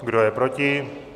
Kdo je proti?